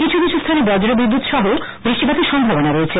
কিছু কিছু স্হানে বজ্রবিদ্যুৎ সহ বৃষ্টিপাতের সম্ভাবনা রয়েছে